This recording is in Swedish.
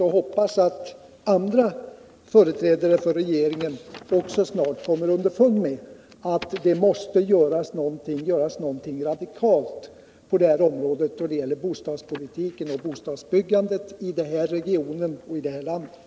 Jag hoppas att även andra företrädare för regeringen snart kommer underfund med att det måste göras någonting radikalt när det gäller bostadsbyggandet i den här regionen och i det här landet.